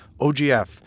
OGF